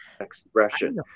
expression